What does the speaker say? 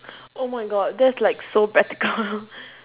oh my god that's like so practical